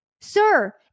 Sir